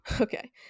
Okay